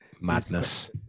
Madness